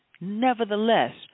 Nevertheless